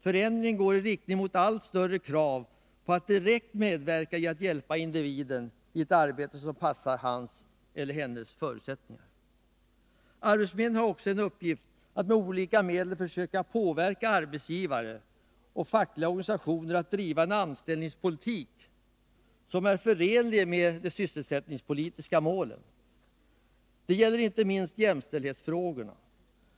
Förändringen går i riktning mot allt större krav på att direkt medverka till att hjälpa individen till ett arbete som passar hans eller hennes förutsättningar. Arbetsförmedlingen har också till uppgift att med olika medel försöka påverka arbetsgivare och fackliga organisationer att driva en anställningspolitik som är förenlig med de sysselsättningspolitiska målen. Det gäller inte minst i jämställdhetsfrågorna.